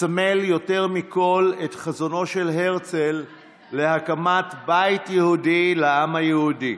מסמל יותר מכול את חזונו של הרצל להקמת בית יהודי לעם היהודי.